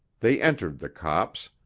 they entered the copse,